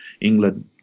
England